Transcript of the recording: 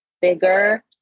bigger